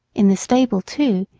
in the stable, too,